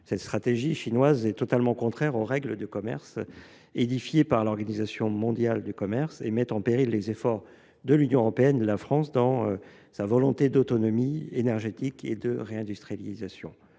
Cette stratégie chinoise est totalement contraire aux règles édictées par l’Organisation mondiale du commerce (OMC) ; elle met en péril les efforts que déploient l’Union européenne et la France dans leur volonté d’autonomie énergétique et de réindustrialisation,